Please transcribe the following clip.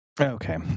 Okay